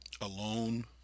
alone